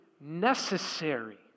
necessary